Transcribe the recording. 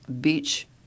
Beach